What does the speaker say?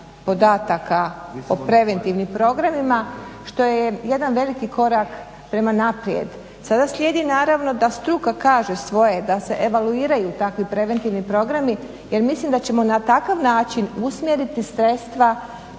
podataka o preventivnim programima, što je jedan veliki korak prema naprijed. Sada slijedi da struka kaže svoje, da se evaluiraju takvi preventivni programi jer mislim da ćemo na takav način usmjeriti sredstva